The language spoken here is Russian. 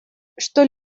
что